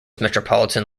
metropolitan